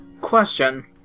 question